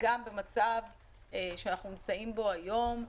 גם במצב שאנחנו נמצאים בו היום,